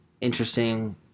interesting